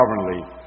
sovereignly